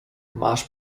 masz